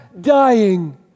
dying